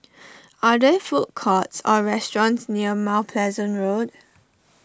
are there food courts or restaurants near Mount Pleasant Road